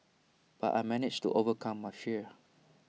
but I managed to overcome my fear